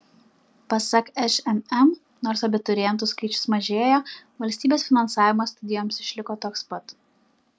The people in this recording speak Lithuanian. pasak šmm nors abiturientų skaičius mažėja valstybės finansavimas studijoms išliko toks pat